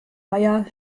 meier